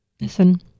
listen